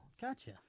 Gotcha